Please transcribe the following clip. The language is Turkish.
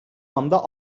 anda